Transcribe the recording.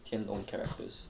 天龙 characters